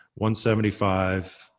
175